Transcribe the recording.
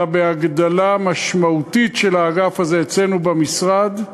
אלא בהגדלה משמעותית של האגף הזה אצלנו במשרד,